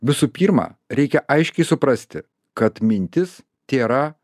visų pirma reikia aiškiai suprasti kad mintis tėra